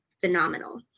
phenomenal